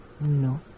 No